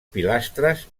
pilastres